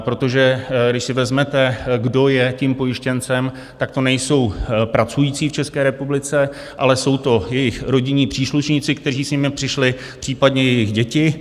Protože když si vezmete, kdo je tím pojištěncem, tak to nejsou pracující v České republice, ale jsou to jejich rodinní příslušníci, kteří s nimi přišli, případně jejich děti.